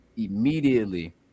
Immediately